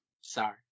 Sorry